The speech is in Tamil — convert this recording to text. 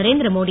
நரேந்திரமோடி